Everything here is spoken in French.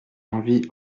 envie